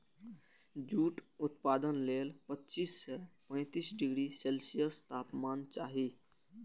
jute उत्पादन लेल पच्चीस सं पैंतीस डिग्री सेल्सियस तापमान चाही